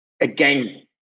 again